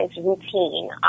routine